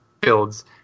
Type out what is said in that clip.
builds